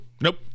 nope